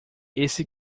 esse